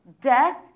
Death